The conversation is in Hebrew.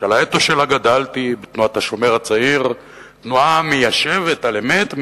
שעל האתוס שלה גדלתי בתנועת "השומר הצעיר" תנועה מיישבת על אמת,